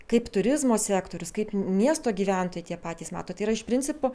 kaip turizmo sektorius kaip miesto gyventojai tie patys matot yra iš principo